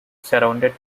surrounded